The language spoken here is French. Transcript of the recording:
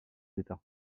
états